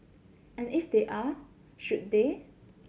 and if they are should they